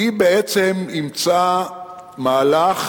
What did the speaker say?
היא בעצם אימצה מהלך